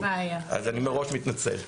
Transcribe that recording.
אז אני מראש מתנצל.